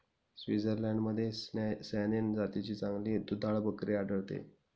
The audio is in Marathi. स्वित्झर्लंडमध्ये सॅनेन जातीची चांगली दुधाळ बकरी आढळते